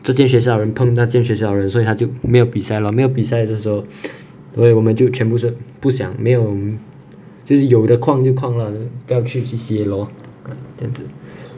这间学校人碰那间学校的人所以它就没有比赛 lor 没有比赛就是说 因为我们就全部是不想没有 mm 就是有的旷就旷啦不要去 C_C_A lor mm 这样子